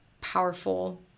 powerful